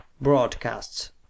broadcasts